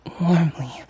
warmly